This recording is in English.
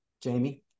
Jamie